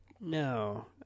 No